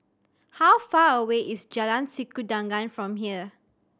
how far away is Jalan Sikudangan from here